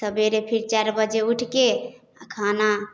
सबेरे फेर चारि बजे उठिके आओर खाना